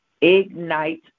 Ignite